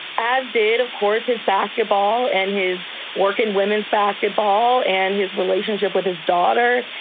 as did, of course, his basketball and his work in women's basketball and his relationship with his daughter.